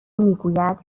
میگوید